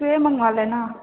तूहे मङ्गवा ले ने